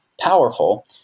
powerful